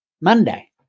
Monday